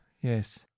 Yes